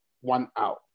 one-out